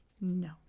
No